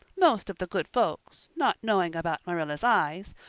most of the good folks, not knowing about marilla's eyes,